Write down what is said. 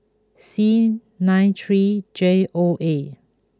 C nine three J O A